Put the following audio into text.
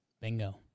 Bingo